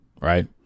right